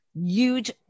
huge